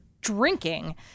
drinking